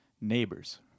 Neighbors